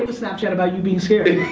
and snapchat about you being scared.